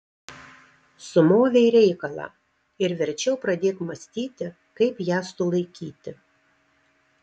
sumovei reikalą ir verčiau pradėk mąstyti kaip ją sulaikyti